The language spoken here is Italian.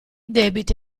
debiti